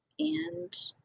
and,